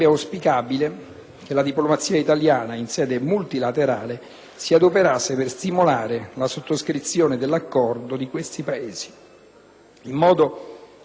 in modo da prevenire effetti collaterali che andrebbero a danno di tutta la comunità internazionale.